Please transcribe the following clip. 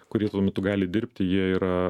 kurie tuo metu gali dirbti jie yra